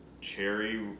cherry